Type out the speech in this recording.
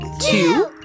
two